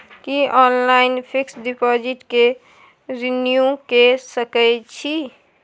की online fix deposit के renew के सकै छी?